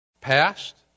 Past